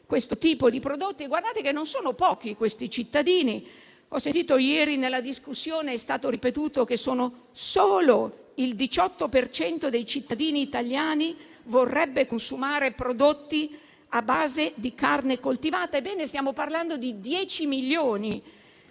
questo tipo di prodotti. Non sono pochi questi cittadini: ho sentito ieri nella discussione ripetere che "solo" il 18 per cento dei cittadini italiani vorrebbe consumare prodotti a base di carne coltivata. Ebbene, stiamo parlando di 10 milioni